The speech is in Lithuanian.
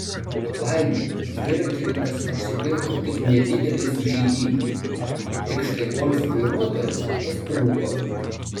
laimei dviratininkas atsipirko tik nedideliais sužeidimais tik štai golf vairuotojas paspruko